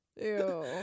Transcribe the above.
ew